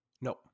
No